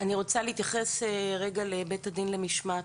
אני רוצה להתייחס רגע לבית הדין למשמעת.